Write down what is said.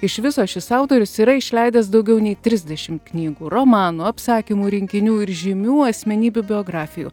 iš viso šis autorius yra išleidęs daugiau nei trisdešimt knygų romanų apsakymų rinkinių ir žymių asmenybių biografijų